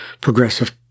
progressive